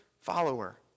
follower